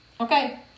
Okay